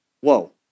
whoa